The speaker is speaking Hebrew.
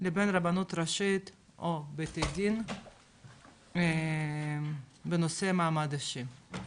לבין רבנות ראשית או בית הדין בנושא מעמד אישי.